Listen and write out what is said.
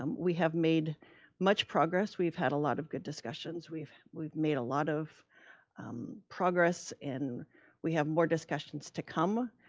um we have made much progress. we've had a lot of good discussions. we've we've made a lot of progress and we have more discussions to come.